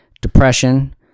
Depression